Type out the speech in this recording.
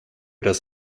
das